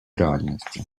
реальності